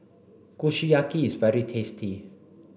Kushiyaki is very tasty